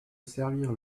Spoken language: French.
servir